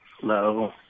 Hello